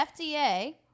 FDA